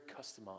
customized